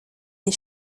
des